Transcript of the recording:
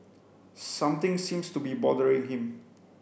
something seems to be bothering him